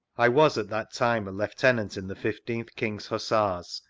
i was at that time a lieutenant in the fifteenth king's hussars,